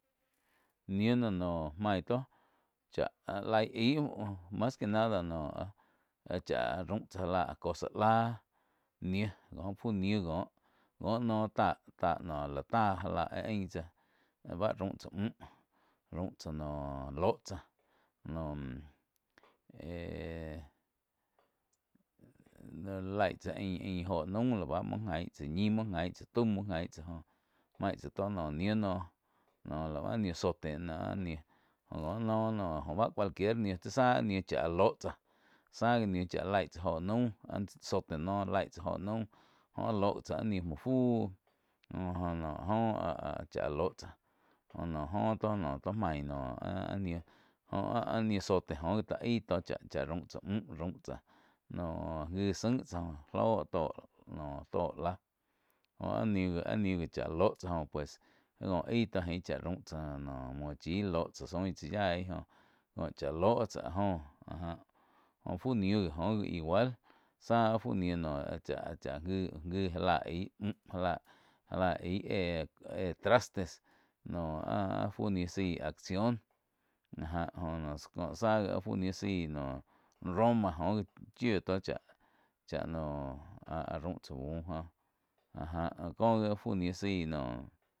Niu no, noh main tó chá laig aí muoh mas que nada noh áh chá áh raum tsáh já lá áh cosa láh. Niu có fu níu cóh có noh táh-táh lá táh já lá éh ain tsáh báh raum tsá müh, raum tsá noh, lóh tsáh noh éh-éh laig tsá ain óho naum lá báh muo nagin tsá ñih muo gan tsá tau mo jain tsá joh main tá tó naum ní noh nóh lá bá áh ní zote áh nih oh kó no, noh cualquier níh tsi záh áh ní chá lóh tsáh záh gí ní chá laig tsáh óho naum áh ní zote noh laig tsá óho naum jóh áh loh gi tsá áh ní muo fu jo no joh chá áh lóh tsá jó no joh tó maig noh áh-áh ní jóh áh-áh ni zote tó aih tó cháh raum tsá muh raum tsa noh gí zain tsáh lóh tóh láh joh áh ní gí áh lóh tsá joh pues tó aí tó ain chá raum tsá muo chí lóh tsáh zoin tsá yaí joh, có chá lóh tsáh áh joh áh ja fu ní gi óh wi igual záh áh fu nó áh cha gi-gi já la aig muh já láh aig éh-éh trastes noh áh-áh fu ní zaíg axion áh já jo có záh gi éh zaig noh roma jó gi chíu tó cháh, cháh noh áh-áh raum tsá buh jóh áh já có gi áh fu ni zaí noh.